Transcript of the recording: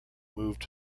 moved